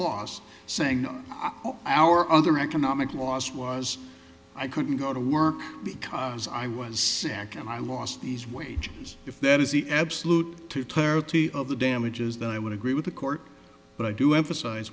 loss saying our other economic loss was i couldn't go to work because i was sick and i lost these wages if that is the absolute to talk of the damages then i would agree with the court but i do emphasize